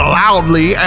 loudly